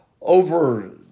over